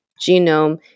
genome